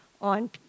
on